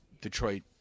Detroit